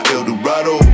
Eldorado